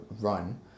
run